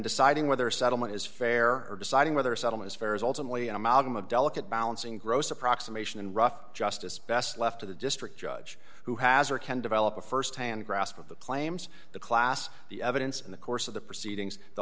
deciding whether a settlement is fair or deciding whether settlements fair is ultimately an amalgam of delicate balancing gross approximation and rough justice best left to the district judge who has or can develop a st hand grasp of the claims the class the evidence in the course of the proceedings the